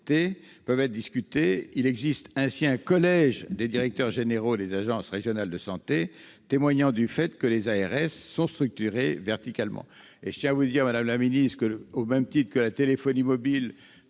peuvent être discutés. Il existe ainsi un collège des directeurs généraux des agences régionales de santé, témoignant du fait que les ARS sont structurées « verticalement ». Madame la ministre, au même titre que la téléphonie mobile